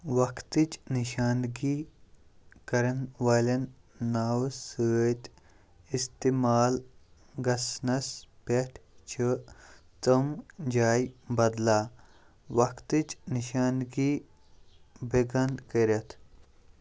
وقتٕچ نِشانٛدٕگی کرَن والیٚن ناوٕ سۭتۍ اِستعمال گژھَنَس پیٚٹھ چھِ تِم جایہِ بدلا وقتٕچ نِشانٛدٕگی بیٚکان کٔرِتھ